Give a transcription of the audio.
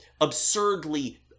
absurdly